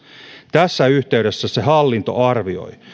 tässä yhteydessä hallinto arvioi